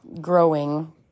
growing